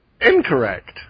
Incorrect